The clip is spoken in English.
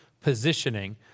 positioning